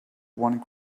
one